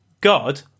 God